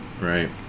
right